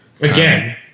Again